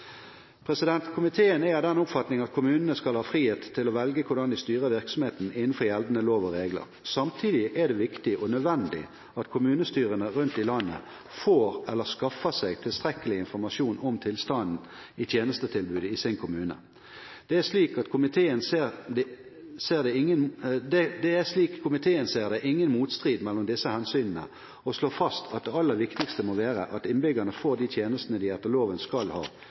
Komiteen er av den oppfatning at kommunene skal ha frihet til å velge hvordan de styrer virksomheten innenfor gjeldende lover og regler. Samtidig er det viktig og nødvendig at kommunestyrene rundt i landet får eller skaffer seg tilstrekkelig informasjon om tilstanden i tjenestetilbudet i sin kommune. Det er, slik komiteen ser det, ingen motstrid mellom disse hensynene, og man slår fast at det aller viktigste må være at innbyggerne får de tjenestene de etter loven skal ha,